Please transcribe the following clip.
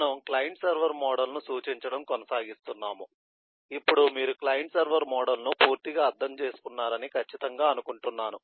మనము client server మోడల్ను సూచించడం కొనసాగిస్తున్నాము ఇప్పుడు మీరు క్లయింట్ సర్వర్ మోడల్ను పూర్తిగా అర్థం చేసుకున్నారని ఖచ్చితంగా అనుకుంటున్నాను